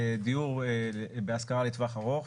דיור בהשכרה לטווח ארוך,